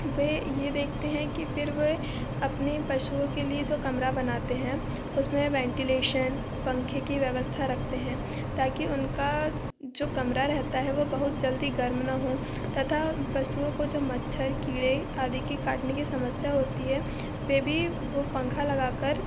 वे ये देखते हैं कि फिर वे अपने पशुओं के लिए जो कमरा बनाते हैं उसमें वेंटिलेशन पंखे की व्यवस्था रखते हैं ताकि उनका जो कमरा रहता है वो बहुत जल्दी गर्म ना हो तथा पशुओं को जो मच्छर कीड़े आदि की काटने की समस्या होती है वे भी वो पंखा लगाकर